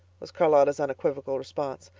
was charlotta's unequivocal response.